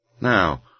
Now